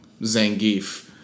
Zangief